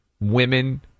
women